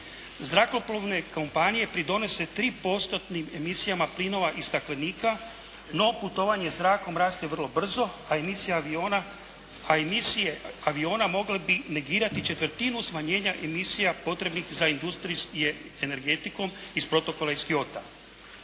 Zrakoplovne kompanije pridonose 3 postotnim emisijama plinova i staklenika, no putovanje zrakom raste vrlo brzo a emisije aviona mogle bi negirati četvrtinu smanjenja emisija potrebnih za industrije energetikom iz Protokola iz Kyota.